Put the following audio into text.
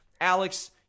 Alex